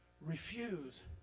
Refuse